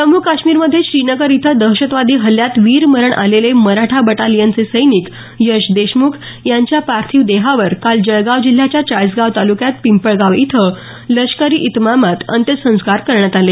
जम्मू काश्मीरमध्ये श्रीनगर इथं दहशतवादी हल्ल्यात वीरमरण आलेले मराठा बटालियनचे सैनिक यश देशमुख यांच्या पार्थिव देहावर काल जळगाव जिल्ह्याच्या चाळीसगाव तालुक्यात पिंपळगाव इथं लष्करी इतमामात अंत्यसंस्कार करण्यात आले